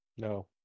No